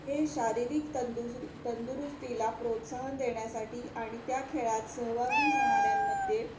हे शारीरिक तंदुस तंदुरुस्तीला प्रोत्साहन देण्यासाठी आणि त्या खेळात सहभागी होणाऱ्यांमध्ये